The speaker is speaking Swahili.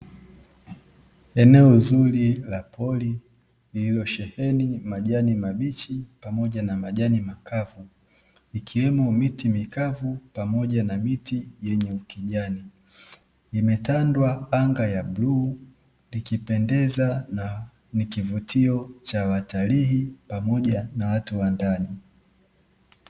Eneo zuri la pori iliyosheheni majani mabichi pamoja na majani makavu, ikiwemo miti mikavu pamoja na miti yenye ukijani. Imetandwa na anga la bluu, likipendeza na kivutio cha watalii pamoja na watu wa ndani.